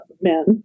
men